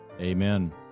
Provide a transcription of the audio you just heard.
Amen